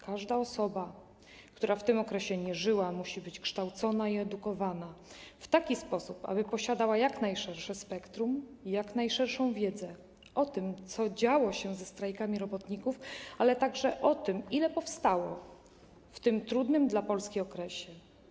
Każda osoba, która w tym okresie nie żyła, musi być kształcona i edukowana w taki sposób, aby posiadała jak najszersze spektrum i jak najszerszą wiedzę o tym, co działo się ze strajkami robotników, ale także o tym, ile powstało w tym trudnym dla Polski okresie.